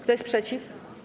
Kto jest przeciw?